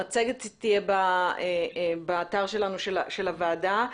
המצגת תהיה באתר הוועדה.